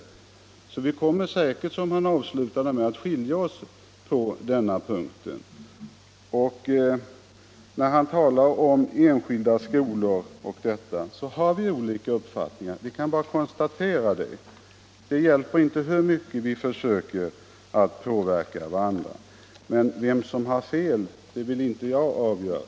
Därför kommer vi säkert — som herr Strindberg avslutade sitt anförande med att säga — att skilja oss på denna punkt även i fortsättningen. När herr Strindberg sedan talade om enskilda skolor kan vi bara konstatera att vi där har olika uppfattningar. Det hjälper inte hur mycket vi försöker påverka varandra. Vem som har fel där vill jag inte avgöra.